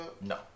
No